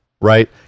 Right